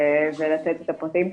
ולתת את הפרטים,